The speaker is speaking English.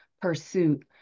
pursuit